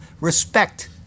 respect